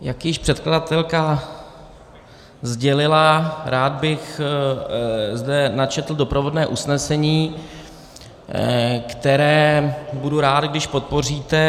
Jak už předkladatelka sdělila, rád bych zde načetl doprovodné usnesení, které budu rád, když podpoříte.